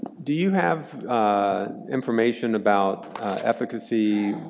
do you have information about efficacy,